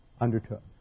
undertook